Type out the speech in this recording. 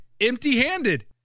empty-handed